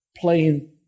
playing